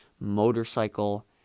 motorcycle